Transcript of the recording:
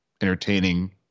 entertaining